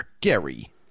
Gary